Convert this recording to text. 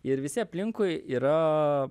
ir visi aplinkui yra